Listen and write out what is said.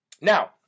Now